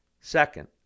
Second